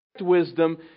Wisdom